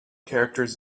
characters